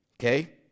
Okay